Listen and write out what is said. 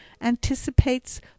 anticipates